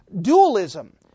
dualism